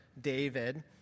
David